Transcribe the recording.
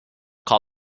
call